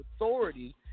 authority